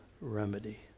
remedy